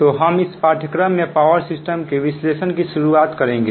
तो हम इसे पाठ्यक्रम में पावर सिस्टम के विश्लेषण की शुरुआत करेंगे